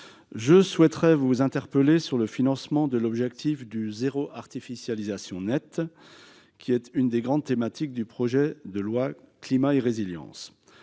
je souhaiterais vous interpeller sur le financement de l'objectif « zéro artificialisation nette », qui est l'une des grandes thématiques du projet de loi Climat et résilience.